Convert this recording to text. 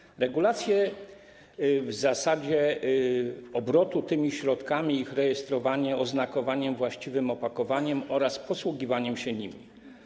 Chodzi o regulacje w zasadzie obrotu tymi środkami i ich rejestrowanie, oznakowanie właściwym opakowaniem oraz posługiwanie się nim.